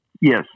Yes